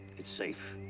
it's safe.